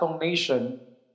nation